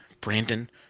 Brandon